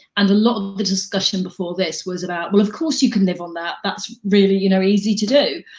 and a lot of the discussion before this was about, well of course you can live on that, that's really you know easy to do.